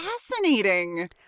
fascinating